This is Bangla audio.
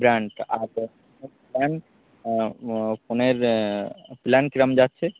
ব্র্যান্ড আপ প্ল্যান ম ফোনের প্ল্যান কীরকম যাচ্ছে